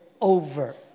over